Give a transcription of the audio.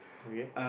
okay